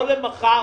לא למחר,